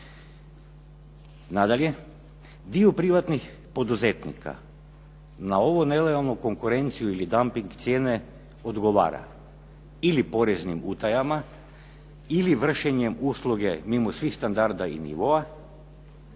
Nadalje, dio privatnih poduzetnika na ovu nelojalnu konkurenciju ili damping cijene odgovara ili poreznim utajama ili vršenjem usluge mimo svih standarda i nivoa,